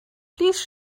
please